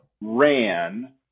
ran